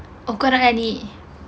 kau orang adik